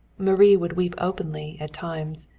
marie would weep openly, at times.